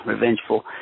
revengeful